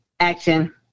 Action